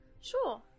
Sure